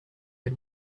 had